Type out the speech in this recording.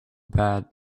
bad